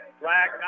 black